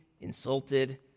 insulted